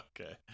okay